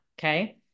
Okay